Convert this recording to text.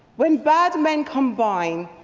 when bad men combine,